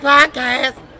Podcast